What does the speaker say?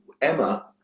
Emma